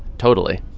totally